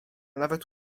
nawet